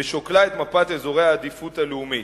כשהיא שוקלת את מפת אזורי העדיפות הלאומית.